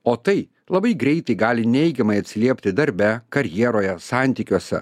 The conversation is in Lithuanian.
o tai labai greitai gali neigiamai atsiliepti darbe karjeroje santykiuose